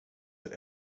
that